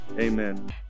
Amen